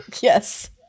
yes